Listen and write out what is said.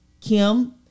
Kim